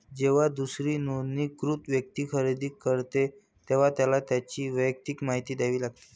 जेव्हा दुसरी नोंदणीकृत व्यक्ती खरेदी करते, तेव्हा त्याला त्याची वैयक्तिक माहिती द्यावी लागते